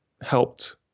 helped